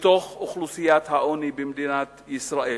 באוכלוסיית העוני במדינת ישראל.